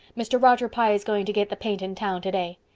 mr. roger pye is going to get the paint in town today.